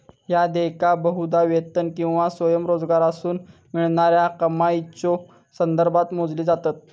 ह्या देयका बहुधा वेतन किंवा स्वयंरोजगारातसून मिळणाऱ्या कमाईच्यो संदर्भात मोजली जातत